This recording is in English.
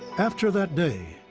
after that day,